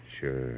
Sure